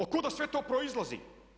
Od kuda sve to proizlazi?